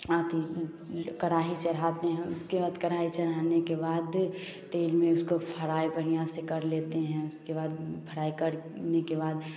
अथी कराही चढ़ाते हैं उसके बाद कढ़ाई चढ़ाने के बाद तेल में उसको फ्राई बढ़िया से कर लेते हैं उसके बाद फ्राई करने के बाद